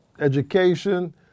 education